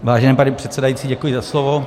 Vážený pane předsedající, děkuji za slovo.